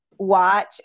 watch